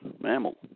mammal